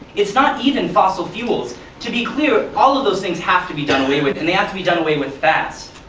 it's not even fossil fuels. to be clear, all of those things have to be done away with, and they have to be done away with fast.